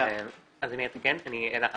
אז אני אעדכן, אני אלה אמסט.